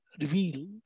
reveal